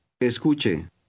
Escuche